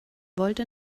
wollte